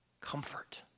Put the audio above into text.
comfort